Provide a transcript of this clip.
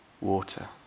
water